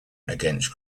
against